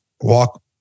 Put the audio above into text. walk